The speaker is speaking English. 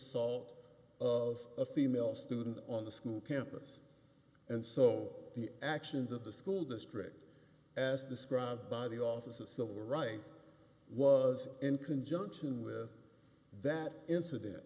t of a female student on the school campus and so the actions of the school district as described by the office of civil rights was in conjunction with that incident